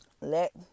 let